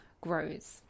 grows